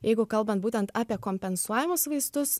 jeigu kalbant būtent apie kompensuojamus vaistus